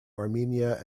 armenia